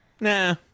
Nah